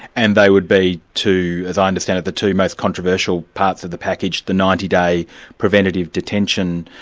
and they would be two, as i understand it, the two most controversial parts of the package, the ninety day preventative detention